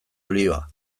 olioa